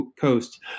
coast